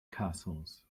castles